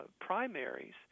primaries